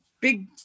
big